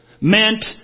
meant